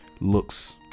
looks